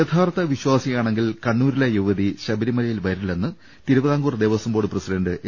യഥാർത്ഥ വിശ്വാസിയാണെങ്കിൽ കണ്ണൂരിലെ യുവതി ശബരിമലയിൽ വരില്ലെന്ന് Travancore Devaswom board president A